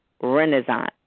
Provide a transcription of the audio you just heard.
renaissance